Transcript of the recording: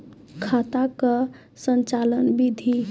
खाता का संचालन बिधि?